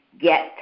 get